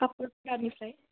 खाफुरफुरानिफ्राय